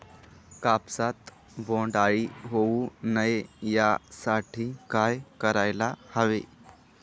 कापसात बोंडअळी होऊ नये यासाठी काय करायला हवे?